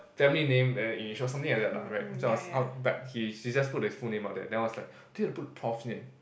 family name and initial something like that lah right so but he just put the full name out there then I was like need to put prof name